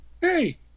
hey